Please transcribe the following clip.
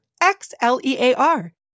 X-L-E-A-R